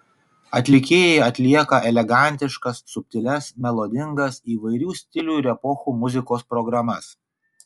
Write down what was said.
atlikėjai atlieka elegantiškas subtilias melodingas įvairių stilių ir epochų muzikos programas